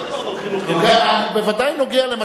לא דיברנו על חינוך, בוודאי נוגע.